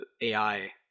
AI